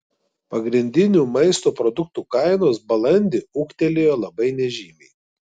pagrindinių maisto produktų kainos balandį ūgtelėjo labai nežymiai